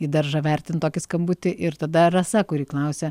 į daržą vertint tokį skambutį ir tada rasa kuri klausia